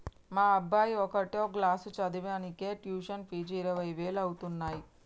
మా అబ్బాయి ఒకటో క్లాసు చదవనీకే ట్యుషన్ ఫీజు ఇరవై వేలు అయితన్నయ్యి